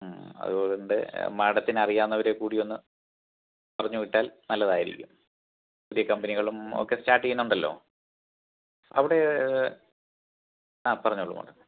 മ് അതുപോലെ എൻ്റെ മാഡത്തിനു അറിയാവുന്നവരെ കൂടി ഒന്ന് പറഞ്ഞുവിട്ടാൽ നല്ലതായിരിക്കും വലിയ കമ്പനികളും ഒക്കെ സ്റ്റാർട്ട് ചെയ്യുന്നുണ്ടല്ലോ അവിടെ ആ പറഞ്ഞോളൂ